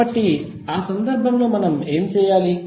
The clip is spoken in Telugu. కాబట్టి ఆ సందర్భంలో మనం ఏమి చేయాలి